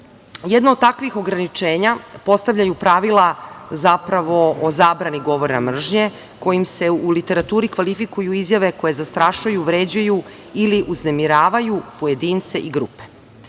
od takvih ograničenja postavljaju pravila o zabrani govora mržnje kojim se u literaturi kvalifikuju izjave koje zastrašuju, vređaju ili uznemiravaju pojedince i grupe.